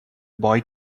boy